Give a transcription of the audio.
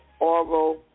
oral